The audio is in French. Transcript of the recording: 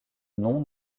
noms